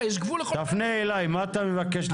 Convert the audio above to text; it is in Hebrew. תפנה אלי, מה אתה מבקש לתקן?